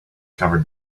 covered